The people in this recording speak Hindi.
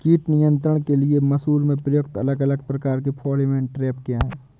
कीट नियंत्रण के लिए मसूर में प्रयुक्त अलग अलग प्रकार के फेरोमोन ट्रैप क्या है?